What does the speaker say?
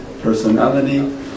personality